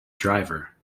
driver